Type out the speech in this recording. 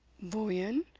bullion!